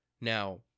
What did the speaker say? Now